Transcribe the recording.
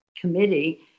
committee